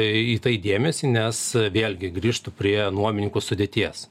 į tai dėmesį nes vėlgi grįžtu prie nuomininkų sudėties